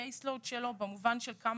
מלווה 250 איש.